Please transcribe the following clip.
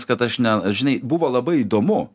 kad aš ne žinai buvo labai įdomu